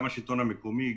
גם השלטון המקומי,